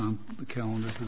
on the calendar